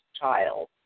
child